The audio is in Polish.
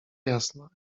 jasna